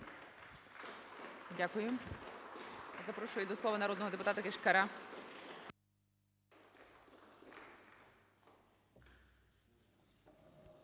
Дякую. Запрошую до слова народного депутата Ємця.